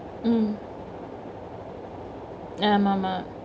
mm ஆமா ஆமா:aamaa aamaa